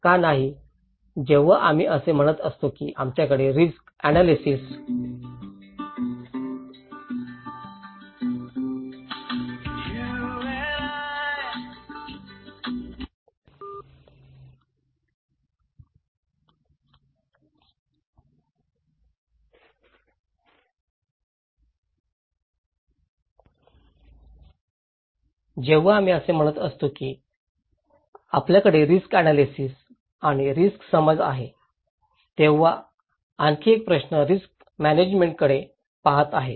का नाही जेव्हा आम्ही असे म्हणत असतो की आपल्याकडे रिस्क अनॅलिसिस आणि रिस्क समज आहेत तेव्हा आणखी एक प्रश्न रिस्क म्यानेजमेंटाकडे पहात आहे